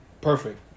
perfect